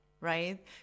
right